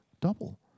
double